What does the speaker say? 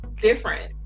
different